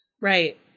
Right